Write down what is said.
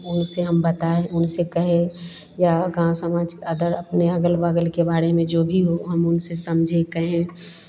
उनसे हम बताएँ उनसे कहें या गाँव समाज अदर अपने यहाँ अगल बगल के बारे में जो भी हो हम उनसे समझें कहें